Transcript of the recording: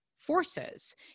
Forces